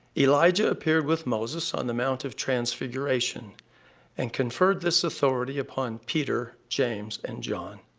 elijah appeared with moses on the mount of transfiguration and conferred this authority upon peter, james, and john.